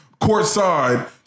courtside –